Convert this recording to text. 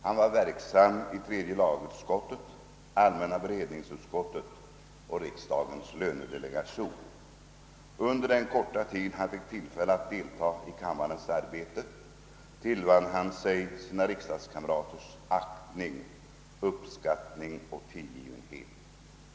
Han var verksam i tredje lagutskottet, allmänna beredningsutskottet och riksdagens lönedelegation. Under den korta tid han fick tillfälle att deltaga i kammarens arbete tillvann han sig sina riksdagskamraters aktning, uppskattning och tillgivenhet.